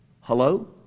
hello